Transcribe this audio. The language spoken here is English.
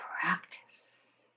practice